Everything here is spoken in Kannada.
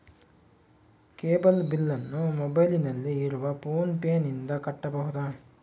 ಕೇಬಲ್ ಬಿಲ್ಲನ್ನು ಮೊಬೈಲಿನಲ್ಲಿ ಇರುವ ಫೋನ್ ಪೇನಿಂದ ಕಟ್ಟಬಹುದಾ?